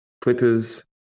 Clippers